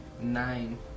Nine